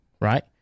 right